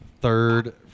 Third